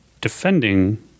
defending